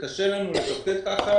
וקשה לנו לתפקד ככה.